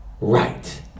right